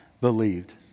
believed